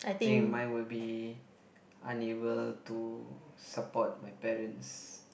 think mine will be unable to support my parents